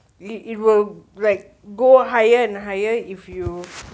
it will like go higher and higher if you